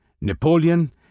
Napoleon